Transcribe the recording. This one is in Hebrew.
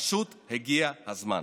פשוט הגיע הזמן.